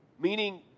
meaning